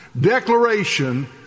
declaration